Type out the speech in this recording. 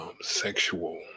sexual